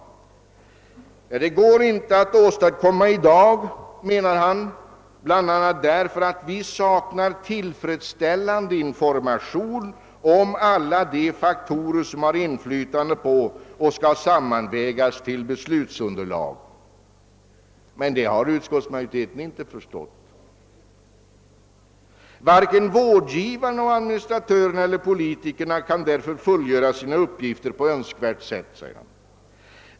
Han menar att det inte går att åstadkomma ett sådant i dag, bl.a. därför att vi saknar tillfredsställande information om alla de faktorer som har inflytande på och skall sammanvägas till beslutsunderlag. Men det har utskottsmajoriteten inte förstått. Varken vårdgivarna, administratörerna eller politikerna kan därför fullgöra sina uppgifter på ett önskvärt sätt, skriver Borghammar.